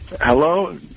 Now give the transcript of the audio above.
Hello